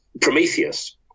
Prometheus